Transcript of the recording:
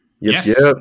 Yes